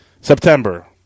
September